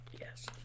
yes